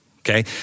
Okay